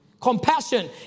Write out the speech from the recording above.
Compassion